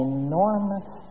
enormous